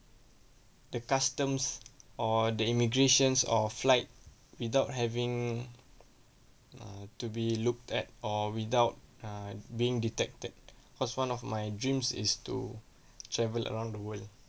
the customs or the immigrations or flight without having uh to be looked at or without err being detected was one of my dreams is to travel around the world